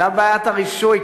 זה בעיית הרישוי,